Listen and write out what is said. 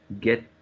get